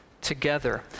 together